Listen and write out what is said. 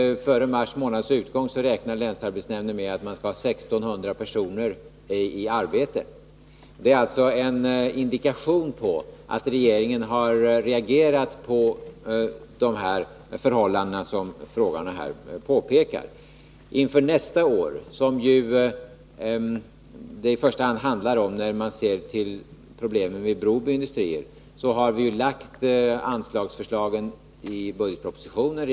Före mars månads utgång räknar länsarbetsnämnden med att ha 1 600 personer i arbete. Det är alltså en indikation på att regeringen har reagerat på de förhållanden som frågarna här pekar på. Inför nästa år, som det ju främst handlar om när det gäller problemen vid Broby Industrier — har vi lagt fram anslagsförslag i budgetpropositionen.